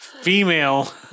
Female